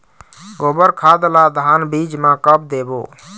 गोबर खाद ला धान बीज म कब देबो?